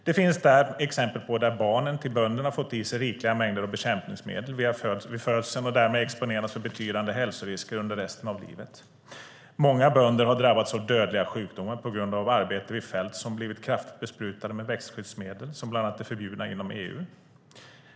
Det finns där exempel på att barnen till bönderna har fått i sig rikliga mängder av bekämpningsmedel vid födseln och därmed exponeras för betydande hälsorisker under resten av livet. Många bönder har drabbats av dödliga sjukdomar på grund av arbete vid fält som har blivit kraftigt besprutade med växtskyddsmedel som bland annat är förbjudna inom EU.